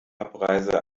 abreise